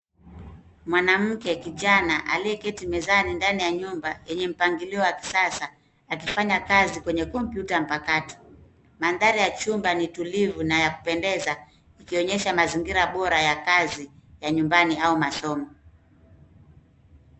Mwanamke kijana aliyeketi mezani ndani ya nyumba enye mpangilio wa kisasa akifanya kazi kwenye kompyuta mpakato. Mandhari ya chumba ni tulivu na ya kupendeza ikionyesha mazingira bora ya kazi ya nyumbani au masomo.